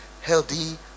healthy